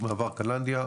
מעבר קלנדיה,